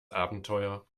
abenteuer